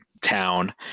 town